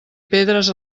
pedres